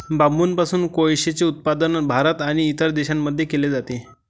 बांबूपासून कोळसेचे उत्पादन भारत आणि इतर देशांमध्ये केले जाते